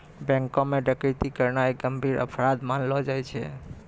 बैंको म डकैती करना एक गंभीर अपराध मानलो जाय छै